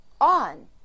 on